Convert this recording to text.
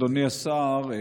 אדוני השר,